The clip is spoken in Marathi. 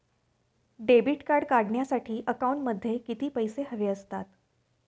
डेबिट कार्ड काढण्यासाठी अकाउंटमध्ये किती पैसे हवे असतात?